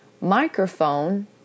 microphone